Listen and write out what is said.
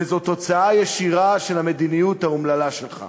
וזו תוצאה ישירה של המדינית האומללה שלך.